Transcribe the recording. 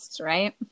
right